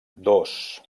dos